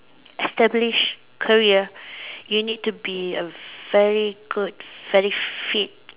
established career you need to be a very good very fit